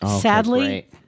Sadly